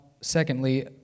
secondly